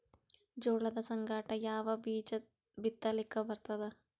ಜೋಳದ ಸಂಗಾಟ ಯಾವ ಬೀಜಾ ಬಿತಲಿಕ್ಕ ಬರ್ತಾದ?